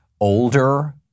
older